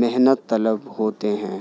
محنت طلب ہوتے ہیں